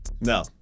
No